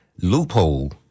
loophole